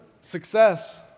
Success